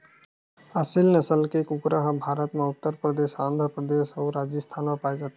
असेल नसल के कुकरा ह भारत म उत्तर परदेस, आंध्र परदेस अउ राजिस्थान म पाए जाथे